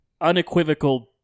unequivocal